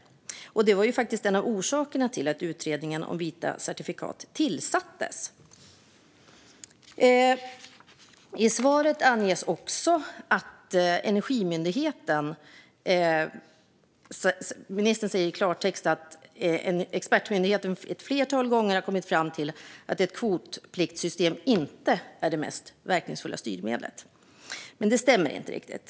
Och det var faktiskt en av orsakerna till att utredningen om vita certifikat tillsattes. Ministern säger i klartext i svaret att expertmyndigheten ett flertal gånger har kommit fram till att ett kvotpliktssystem inte är det mest verkningsfulla styrmedlet. Men det stämmer inte riktigt.